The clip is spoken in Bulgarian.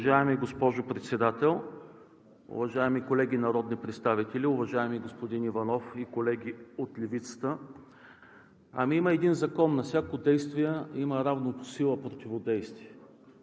Уважаема госпожо Председател, уважаеми колеги народни представители! Уважаеми господин Иванов и колеги от Левицата, ами има един закон – на всяко действие има равно по сила противодействие.